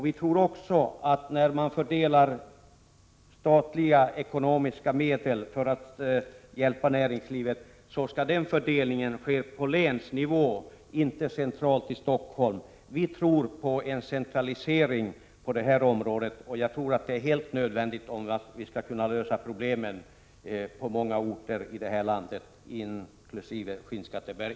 Vi tror också att fördelningen av statliga medel som är till för att hjälpa näringslivet skall ske på länsnivå och inte centralt i Stockholm. Vi tror på en decentralisering på det här området. Jag tror att det är helt nödvändigt om vi skall kunna lösa problemen på många orter här i landet, inkl. Skinnskatteberg.